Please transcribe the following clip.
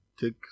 take